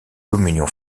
communion